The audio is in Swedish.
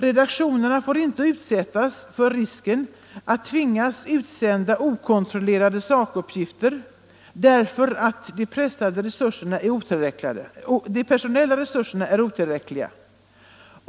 Redaktionerna får inte utsättas för risken att tvingas utsända okontrollerade sakuppgifter därför att de personella resurserna är otillräckliga.